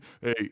hey